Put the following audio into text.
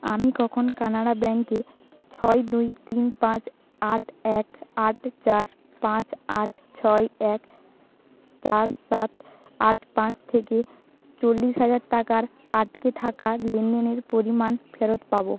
আমি কখন কানাড়া ব্যাঙ্কে ছয় দুই তিন পাঁচ আট এক আট চার পাঁচ আট ছয় এক চার সাত আট পাঁচ থেকে চল্লিশ হাজার টাকার আটকে থাকা লেনদেনের পরিমাণ ফেরত পাবো